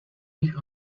jich